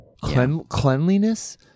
cleanliness